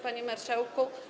Panie Marszałku!